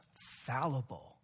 fallible